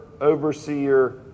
overseer